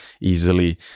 easily